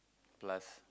plus